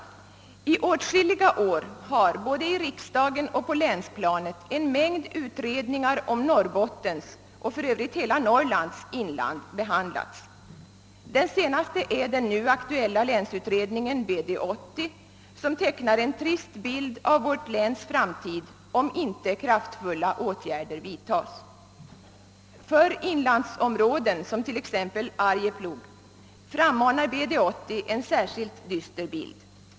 I åtskilliga år har både i riksdagen och på länsplanet en mängd utredningar om Norrbottens och för övrigt hela Norrlands inland behandlats. Den senaste är den nu aktuella länsutredningen BD-80, som tecknar en trist bild av vårt läns framtid, om inte kraftfulla åtgärder vidtages. För inlandsområden som t.ex. Arjeplog frammanar BD-80 en särskilt dyster bild.